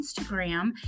Instagram